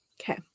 okay